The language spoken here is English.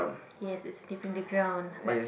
yes it's sniffing the ground but